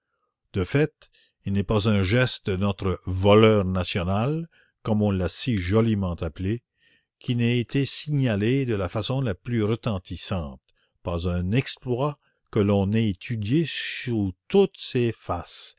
de fait il n'est pas un geste de notre voleur national comme on l'a si joliment appelé qui n'ait été signalé de la façon la plus retentissante pas un exploit que l'on n'ait étudié sous toutes ses faces